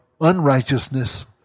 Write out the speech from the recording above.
unrighteousness